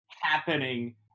happening